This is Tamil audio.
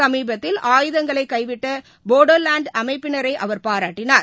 சமீபத்தில் ஆயுதங்களைகைவிட்டபோடோலாண்டுஅமைப்பினரைஅவர் பாராட்டினார்